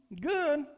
good